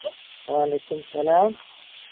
وعلیکُم اسلام